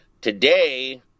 Today